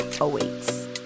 awaits